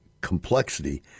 complexity